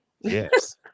Yes